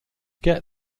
get